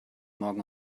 morgen